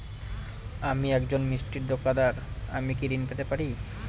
আমি একজন মিষ্টির দোকাদার আমি কি ঋণ পেতে পারি?